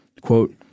quote